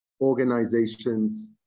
organizations